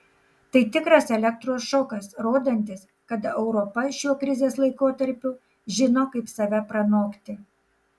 tai tikras elektros šokas rodantis kad europa šiuo krizės laikotarpiu žino kaip save pranokti